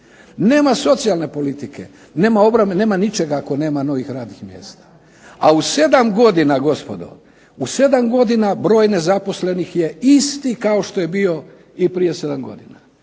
Nema socijalne politike, nema obrane, nema ničega ako nema novih radnih mjesta. A u 7 godina gospodo, u 7 godina broj nezaposlenih je isti kao što je bio i prije 7 godina,